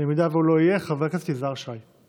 אם הוא לא יהיה, חבר הכנסת יזהר שי.